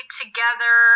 together